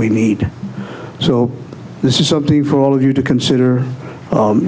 we need so this is something for all of you to consider